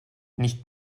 nicht